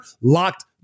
locked